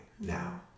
now